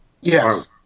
Yes